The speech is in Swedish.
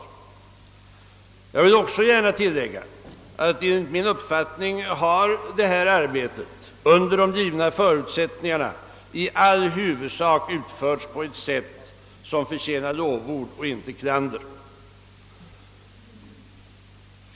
Jag vill också tillägga, att detta arbete enligt min mening under de givna förutsättningarna huvudsakligen utförts på ett sätt som förtjänar lovord och inte klander.